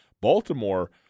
Baltimore